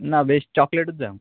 ना बेश्ट चॉकलेटूच जाय